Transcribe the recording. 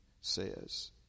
says